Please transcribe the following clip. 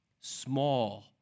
small